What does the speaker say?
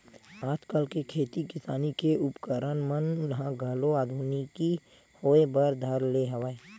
आजकल के खेती किसानी के उपकरन मन ह घलो आधुनिकी होय बर धर ले हवय